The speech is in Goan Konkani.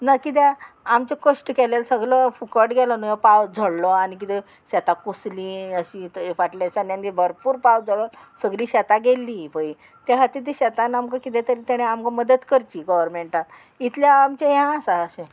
ना किद्याक आमचो कश्ट केले सगलो फुकट गेलो न्हू हो पावस झोडलो आनी किदें शेतां कुसलीं अशीं फाटल्या दिसांनी आनी भरपूर पावस झोडोन सगळीं शेतां गेल्लीं इपय त्या खातीर तीं शेतान आमकां कितें तरी तेणें आमकां मदत करची गोवोरमेंटाक इतलें आमचें हें आसा अशें